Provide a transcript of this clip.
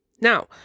Now